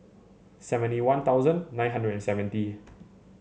seventy One Thousand nine hundred and seventy